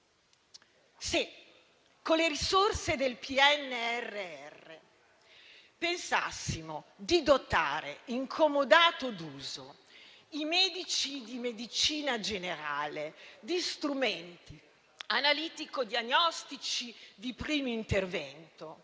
se con le risorse del PNRR pensassimo di dotare in comodato d'uso i medici di medicina generale di strumenti analitico-diagnostici di primo intervento,